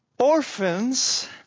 Orphans